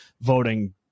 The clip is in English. voting